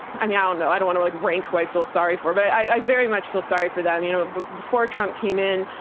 um yeah i don't know. i don't wanna like rank who i feel sorry for, but i very much feel sorry for them. and you know but before trump came in,